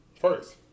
First